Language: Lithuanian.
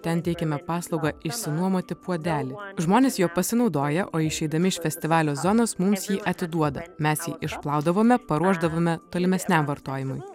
ten teikiame paslaugą išsinuomoti puodelį žmonės juo pasinaudoja o išeidami iš festivalio zonos mums jį atiduoda mes jį išplaudavome paruošdavome tolimesniam vartojimui